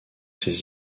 ses